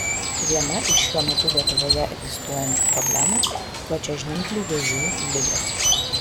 viena iš šiuo metu lietuvoje egzistuojančių problemų plačiažnyplių vėžių ligos